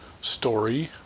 story